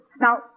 now